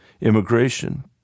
immigration